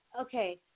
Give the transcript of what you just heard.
Okay